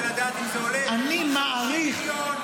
אני רוצה לדעת אם זה עולה 50 מיליון,